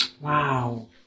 Wow